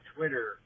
Twitter